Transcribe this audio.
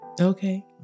Okay